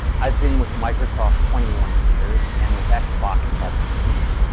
i have been with microsoft twenty one years and with xbox seventeen,